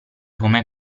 come